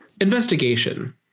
Investigation